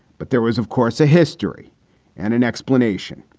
but there was, of course, a history and an explanation.